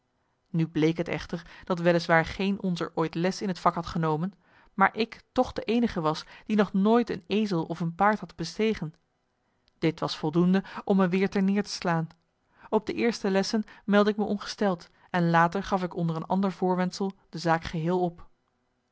nu bleek het echter dat wel is waar marcellus emants een nagelaten bekentenis geen onzer ooit les in het vak had genomen maar ik toch de eenige was die nog nooit een ezel of een paard had bestegen dit was voldoende om me weer ter neer te slaan op de eerste lessen meldde ik me ongesteld en later gaf ik onder een ander voorwendsel de zaak geheel op